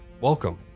welcome